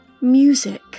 Music